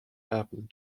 happened